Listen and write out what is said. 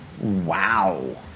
Wow